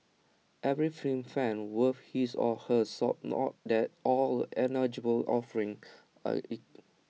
every film fan worth his or her salt know that all ignoble offerings are